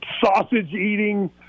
sausage-eating